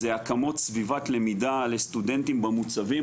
זה הקמות של סביבת למידה לסטודנטים במוצבים.